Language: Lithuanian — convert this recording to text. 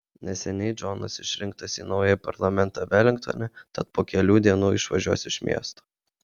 neseniai džonas išrinktas į naująjį parlamentą velingtone tad po kelių dienų išvažiuos iš miesto